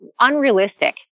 unrealistic